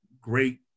great